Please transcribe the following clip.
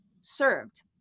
served